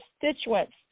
constituents